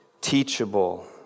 teachable